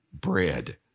bread